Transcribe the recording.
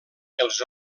els